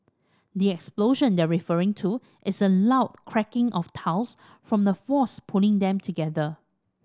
the explosion they're referring to is the loud cracking of tiles from the force pulling them together